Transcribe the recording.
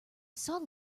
saw